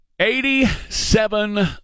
Eighty-seven